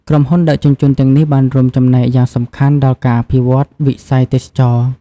ក្រុមហ៊ុនដឹកជញ្ជូនទាំងនេះបានរួមចំណែកយ៉ាងសំខាន់ដល់ការអភិវឌ្ឍវិស័យទេសចរណ៍។